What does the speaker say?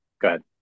Good